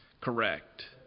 Correct